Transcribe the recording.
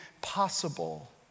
possible